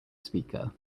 speaker